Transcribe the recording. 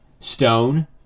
stone